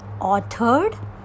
authored